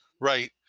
Right